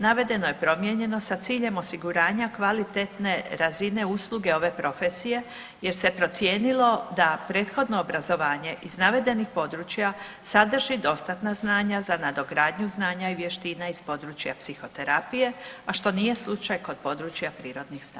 Navedeno je promijenjeno sa ciljem osiguranja kvalitetne razine usluge ove profesije jer se procijenilo da prethodno obrazovanje iz navedenih područja sadrži dostatna znanja za nadogradnju znanja i vještina iz područja psihoterapije, a što nije slučaj kod područja prirodnih znanosti.